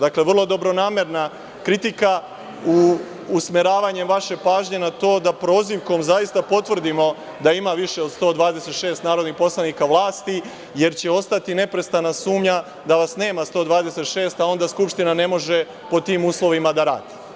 Dakle, vrlo dobronamerna kritika usmeravanjem vaše pažnje da prozivkom zaista potvrdimo da ima više od 126 narodnih poslanika vlasti, jer će ostati neprestana sumnja da vas nema 126, a onda Skupština ne može pod tim uslovima da radi.